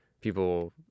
people